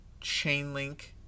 Chainlink